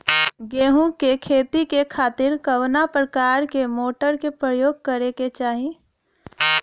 गेहूँ के खेती के खातिर कवना प्रकार के मोटर के प्रयोग करे के चाही?